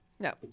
No